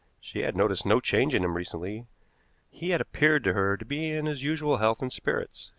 she had noticed no change in him recently he had appeared to her to be in his usual health and spirits.